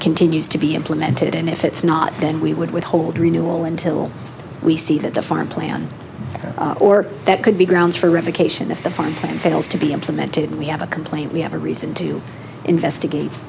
continues to be implemented and if it's not then we would withhold renewal until we see that the farm plan or that could be grounds for revocation if the fund fails to be implemented we have a complaint we have a reason to investigate